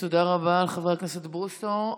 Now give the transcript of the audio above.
תודה רבה לחבר הכנסת בוסו.